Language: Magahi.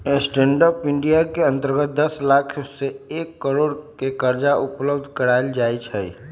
स्टैंड अप इंडिया के अंतर्गत दस लाख से एक करोड़ के करजा उपलब्ध करायल जाइ छइ